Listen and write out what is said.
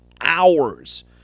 hours